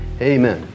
amen